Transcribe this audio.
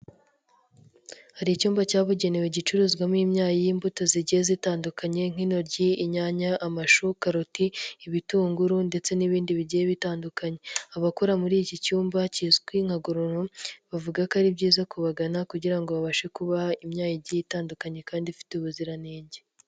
hari icyumba cyabugenewe gicuruzwamo imyayi y'imbuto zigiye zitandukanye nk'intoryi, inyanya, amashu, karoti, ibitunguru, ndetse n'ibindi bigiye bitandukanye. Abakora muri iki cyumba kizwi nka 'gororo' bavuga ko ari byiza kubagana kugira ngo babashe kubaha imyayi itandukanye kandi ifite ubuziranenge.